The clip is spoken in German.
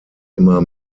immer